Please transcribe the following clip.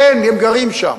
כן, הם גרים שם.